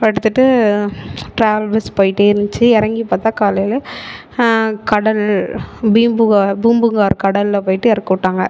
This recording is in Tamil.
படுத்துகிட்டு டிராவல் பஸ் போய்கிட்டே இருந்துச்சு இறங்கி பார்த்தா காலையில் கடல் பீம்புகார் பூம்புகார் கடலில் போய்விட்டு இறக்கி விட்டாங்க